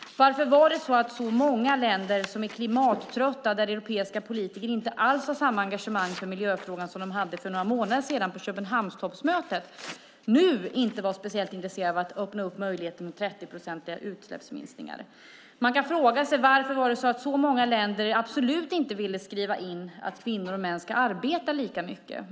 Varför var det så att många länder som är klimattrötta, och där europeiska politiker inte alls har samma engagemang i miljöfrågan som de hade för några månader sedan på Köpenhamntoppmötet, nu inte var speciellt intresserade av att öppna möjligheten till 30-procentiga utsläppsminskningar? Man kan fråga sig varför det var så många länder som absolut inte ville skriva in att kvinnor och män ska arbeta lika mycket.